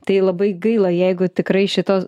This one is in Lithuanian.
tai labai gaila jeigu tikrai šitos